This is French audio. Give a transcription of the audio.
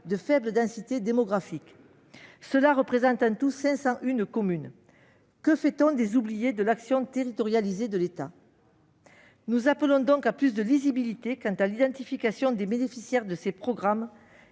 de faible densité démographique. Cela représente en tout 501 communes. Que fait-on des oubliés de l'action territorialisée de l'État ? Nous appelons donc à plus de lisibilité quant à l'identification des bénéficiaires de ces programmes